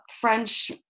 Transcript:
French